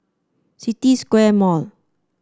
City Square Mall